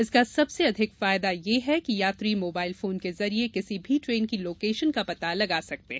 इसका सबसे अधिक फायदा यह है कि यात्री मोबाइल फोन के जरिए किसी भी ट्रेन की लोकेशन का पता लगा सकते हैं